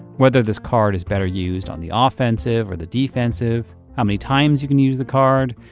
whether this card is better used on the ah offensive or the defensive, how many times you can use the card.